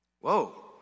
Whoa